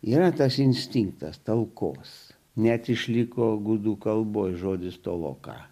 yra tas instinktas talkos net išliko gudų kalboje žodis toloka